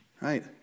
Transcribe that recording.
Right